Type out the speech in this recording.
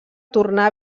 tornar